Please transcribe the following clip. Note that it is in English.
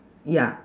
ya